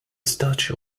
statue